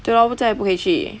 对 lor 不在不可以去